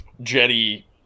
Jetty